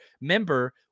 member